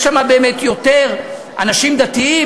יש שם באמת יותר אנשים דתיים,